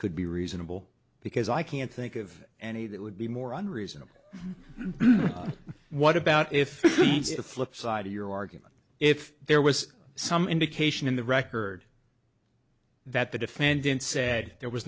could be reasonable because i can't think of any that would be more on reason what about if the flip side of your argument if there was some indication in the record that the defendant said there was